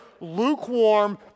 lukewarm